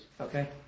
Okay